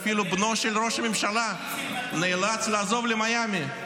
שאפילו בנו של ראש הממשלה נאלץ לעזוב למיאמי.